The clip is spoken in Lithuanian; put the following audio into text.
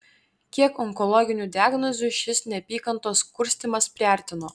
kiek onkologinių diagnozių šis neapykantos kurstymas priartino